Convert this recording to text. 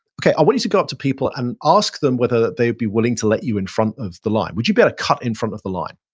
okay, i want you to go up to people and ask them whether they'd be willing to let you in front of the line. would you be able to cut in front of the line?